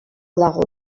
dago